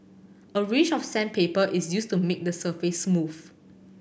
a range of sandpaper is used to make the surface smooth